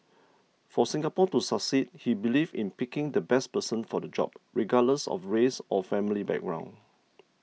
for Singapore to succeed he believed in picking the best person for the job regardless of race or family background